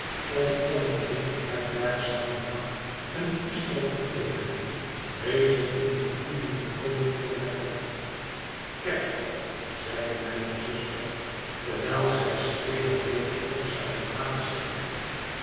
om onder dit herbergzame dak een diefstal te plegen rezen in de gioeiende kolen voor mij op kerkhof i zeide mijne zuster terwijl zij streeier weder op zijne plaats zette